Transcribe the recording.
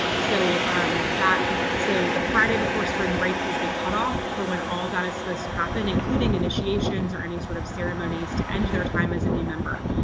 so that so the friday before spring break is the cut-off for when all that is supposed to happen including initiations or any sort of ceremonies to end their time as a new member.